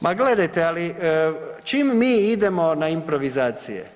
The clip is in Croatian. Ma gledajte, ali čim mi idemo na improvizacije…